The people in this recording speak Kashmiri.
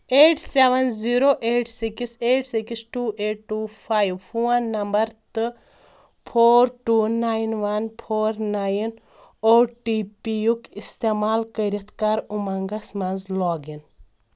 eight seven zero eight six eight six two eight two five phone number تہٕ four two nine one four nine O T P یُک استعمال کٔرِتھ کر اُمنٛگس مَنٛز لاگ اِن